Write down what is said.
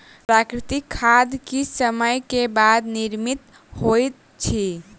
प्राकृतिक खाद किछ समय के बाद निर्मित होइत अछि